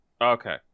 Okay